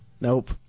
Nope